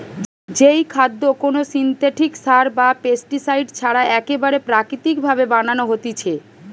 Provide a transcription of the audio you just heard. যেই খাদ্য কোনো সিনথেটিক সার বা পেস্টিসাইড ছাড়া একেবারে প্রাকৃতিক ভাবে বানানো হতিছে